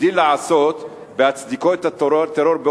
הגדיל לעשות בהצדיקו את הטרור,